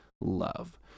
love